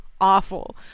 awful